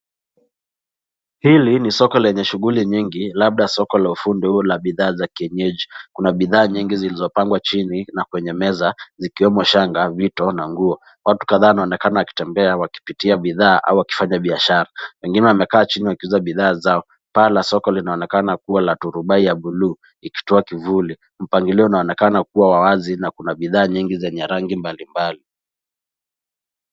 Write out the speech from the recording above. Hili ni soko lenye shughuli nyingi labda soko la ufundi la bidhaa za kienyeji. Kuna bidhaa nyingi zilizopangwa chini na kwenye meza zikiwemo shanga, vito na nguo. Watu kadhaa wanaoonekana wakitembea wakipitia bidhaa au wakifanya biashara. Wengine wamekaa chini wakiuza bidhaa zao. Paa la soko linaonekana kuwa la turubai ya buluu ikitoa kivuli. Mpangilio unaonekana kuwa wa wazi na kuna bidhaa nyingi zenye rangi mbalimbali.